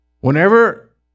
Whenever